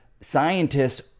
scientists